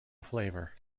flavor